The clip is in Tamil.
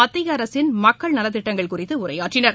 மத்திய அரசின் மக்கள் நலத் திட்டங்கள் குறித்து உரையாற்றினர்